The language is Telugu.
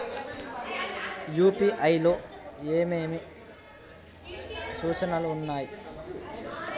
యూ.పీ.ఐ లో ఏమేమి సూచనలు ఉన్నాయి?